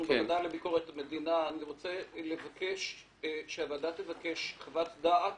אנחנו בוועדה לביקורת המדינה ואני רוצה לבקש שהוועדה תבקש חוות דעת